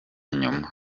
nyuma